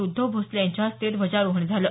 उद्धव भोसले यांच्या हस्ते ध्वजारोहण झालं